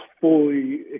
fully